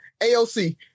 AOC